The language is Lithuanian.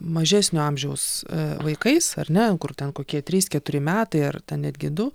mažesnio amžiaus vaikais ar ne kur ten kokie trys keturi metai ar netgi du